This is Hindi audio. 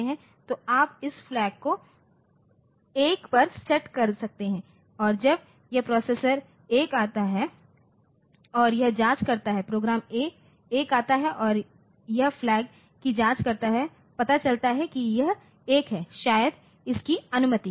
तो आप इस फ्लैग को 1 पर सेट कर सकते हैं और जब यह प्रोसेसर 1 आता है तो यह जाँच करता है प्रोग्राम 1 आता है तो यह फ्लैग की जाँच करता है पाता चलता है कि यह 1 है 1 शायद इसकी अनुमति है